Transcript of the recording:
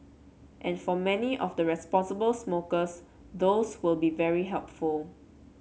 and for many of the responsible smokers those will be very helpful